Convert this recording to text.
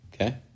Okay